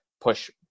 push